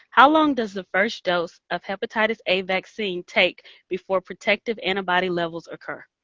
how long does the first dose of hepatitis a vaccine take before protective antibody levels occur?